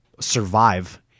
survive